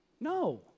No